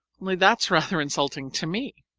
only that's rather insulting to me.